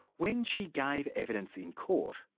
when she gave evidence in court,